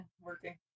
working